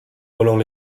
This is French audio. roland